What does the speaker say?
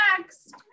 next